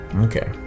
Okay